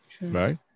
right